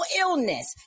illness